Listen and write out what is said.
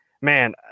man